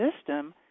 system